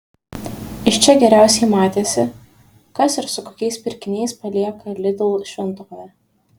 iš čia geriausiai matėsi kas ir su kokiais pirkiniais palieka lidl šventovę